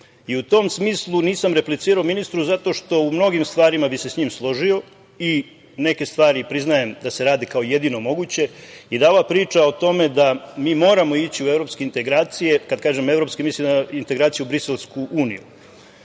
tom smislu nisam replicirao ministru, zato što u mnogim stvarima bih se sa njim složio i neke stvari priznajem da se radi kao jedino moguće i da ova priča o tome da mi moramo ići u evropske integracije, kada kažem, evropske mislim na integraciju Briselsku uniju,